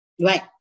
Right